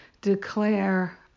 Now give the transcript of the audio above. declare